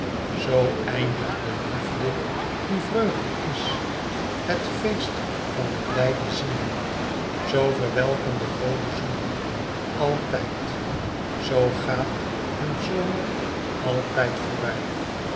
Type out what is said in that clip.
zoo eindigt de liefde die vreugde is het feest van de blijde zinnen zoo verwelken de roode zoenen altijd zoo gaat hun zomer altijd voorbij